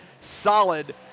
solid